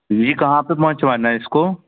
जी कहाँ पर पहुँचाना है इसको